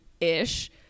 ish